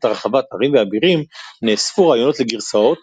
הרחבת "ערים ואבירים" נאספו רעיונות לגרסאות,